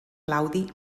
claudi